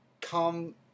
come